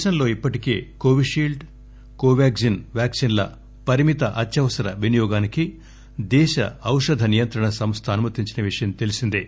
దేశంలో ఇప్పటికే కోవిషీల్డ్ కోవాగ్టిన్ వ్యాక్సిన్ల పరిమిత అత్యవసర వినియోగానికి దేశ ఔషధ నియంత్రణ సంస్థ అనుమతించిన విషయం తెలిసిందే